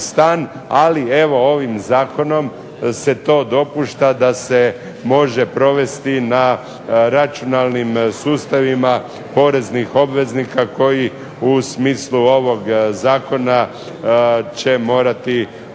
ali evo ovim zakonom se to dopušta da se može provesti na računalnim sustavima poreznih obveznika koji u smislu ovog zakona će morati podnositi